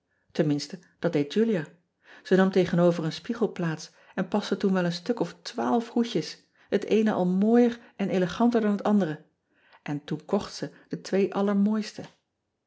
enminste dat deed ulia e nam tegenover een spiegel plaats en paste toen wel een stuk of twaalf hoedjes het eene al mooier en eleganter dan het andere en toen kocht ze de twee allermooiste